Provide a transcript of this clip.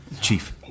Chief